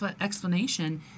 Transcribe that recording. explanation